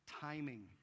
timing